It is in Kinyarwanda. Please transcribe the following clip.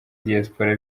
diaspora